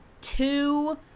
two